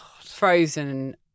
frozen